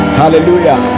hallelujah